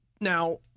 Now